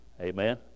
Amen